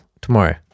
tomorrow